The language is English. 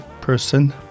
person